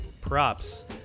props